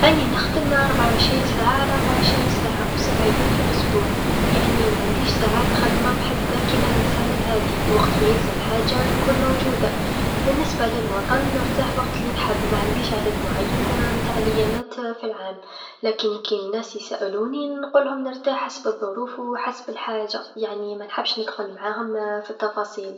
راني نخدم ربعا و عشرين ساعه على ربعا و عشرين ساعه، و سبع ليام في لسبوع، يعني معنديش ساعات محددا كيما الإنسان العادي، وقت ما يلزم حاجه نكون موجوده، بالنسبة للعطل نرتاح الوقت لنحب معنديش عدد معين نتاع اليامات في العام، لكن كناس يسألوني نقولهم نرتاح حسب الظروف و حسب الحاجه يعني منحبش ندخل معاهم في التفاصيل.